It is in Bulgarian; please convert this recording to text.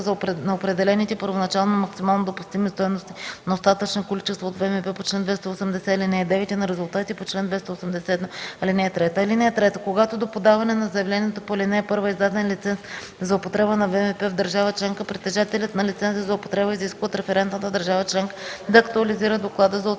на определените първоначално максимално допустими стойности на остатъчни количества от ВМП по чл. 280, ал. 9 и на резултатите чл. 281, ал. 3. (3) Когато до подаване на заявлението по ал. 1 е издаден лиценз за употреба на ВМП в държава членка, притежателят на лиценза за употреба изисква от референтната държава членка да актуализира доклада за оценка